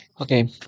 okay